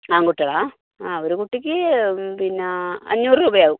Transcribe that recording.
ആൺകുട്ടികളുടേതാണ് ആ ഒരു കുട്ടിക്ക് പിന്നെ അഞ്ഞൂറ് രൂപയാകും